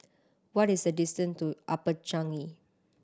what is the distant to Upper Changi